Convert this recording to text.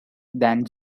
than